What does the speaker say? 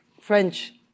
French